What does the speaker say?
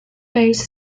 base